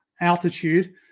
altitude